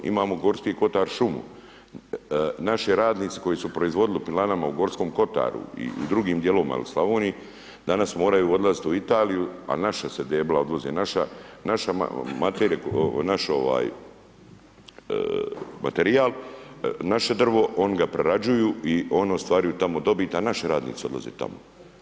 Imamo Gorski Kotar šumu, naši radnici koji su proizvodili u pilanama u Gorskom Kotaru i u drugim dijelovima il Slavoniji, danas moraju odlaziti u Italiju, a naša se debla odvoze, naš materijal, naše drvo, oni ga prerađuju i oni ostvaruju tamo dobit, a naši radnici odlaze tamo.